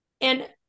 And-